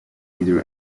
either